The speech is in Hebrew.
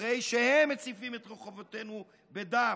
הרי שהם מציפים את רחובותינו בדם,